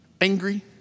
angry